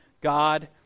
God